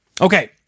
Okay